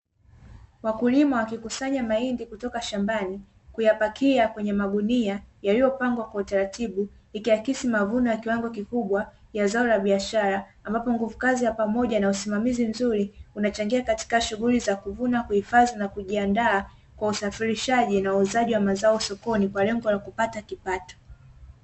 Wakulima wakikusanya mahindi kutoka shambani kuyapakia kwenye magunia yaliyopangwa kwa utaratibu ikiakisi mavuno ya kiwango kikubwa ya zao la biashara, ambapo nguvu kazi ya pamoja na usimamizi mzuri unachangia katika shughuli za kuvuna, kuhifadhi na kujiandaa kwa usafirishaji na uuzaji wa mazao sokoni kwa lengo la kupata kipato.